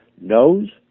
knows